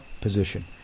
position